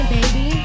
baby